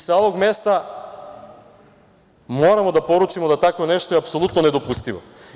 Sa ovog mesta moramo da poručimo da tako nešto je apsolutno nedopustivo.